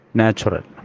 natural